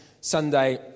Sunday